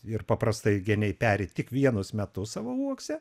ir paprastai geniai peri tik vienus metus savo uokse